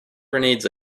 grenades